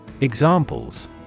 Examples